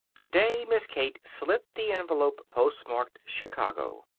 today miss kate slit the envelope post-marked chicago.